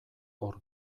hor